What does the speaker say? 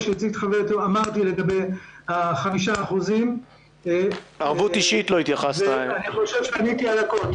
אמרתי לגבי 5%. אני חושב שעניתי על הכול.